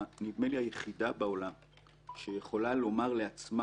נדמה לי היחידה בעולם שיכולה לומר לעצמה